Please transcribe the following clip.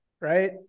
right